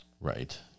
Right